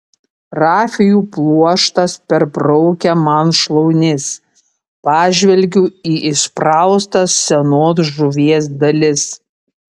rafijų pluoštas perbraukia man šlaunis pažvelgiu į įspraustas senos žuvies dalis